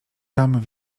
tam